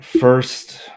first